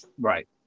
Right